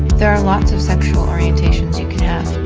there are lots of sexual orientations you can